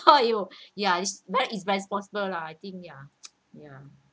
!aiyo! ya it's bad it's responsible lah I think ya ya